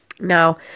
Now